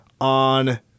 on